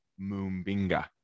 Mumbinga